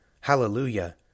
HALLELUJAH